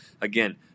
Again